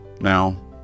Now